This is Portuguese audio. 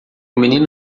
menino